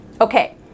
Okay